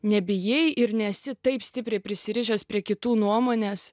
nebijai ir nesi taip stipriai prisirišęs prie kitų nuomonės